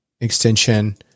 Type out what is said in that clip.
extension